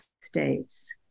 States